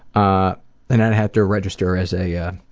ah then i'd have to register as a ah